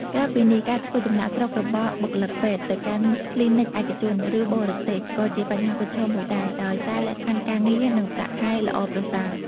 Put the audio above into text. ក្រៅពីនេះ ការធ្វើចំណាកស្រុករបស់បុគ្គលិកពេទ្យ ទៅកាន់គ្លីនិកឯកជន ឬបរទេស ក៏ជាបញ្ហាប្រឈមមួយដែរ ដោយសារលក្ខខណ្ឌការងារ និងប្រាក់ខែល្អប្រសើរ។